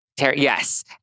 Yes